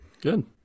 Good